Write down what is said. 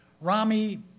Rami